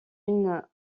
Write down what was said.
une